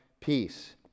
peace